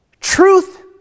Truth